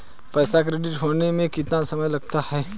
पैसा क्रेडिट होने में कितना समय लगता है?